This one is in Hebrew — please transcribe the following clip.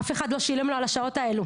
אף אחד לא שילם לו על השעות האלה,